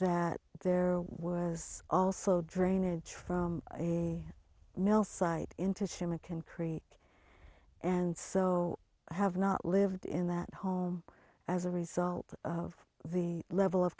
that there was also drainage from a mill site into shamokin creek and so i have not lived in that home as a result of the level of